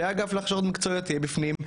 שהאגף להכשרות מקצועיות יהיה בפנים.